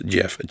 Jeff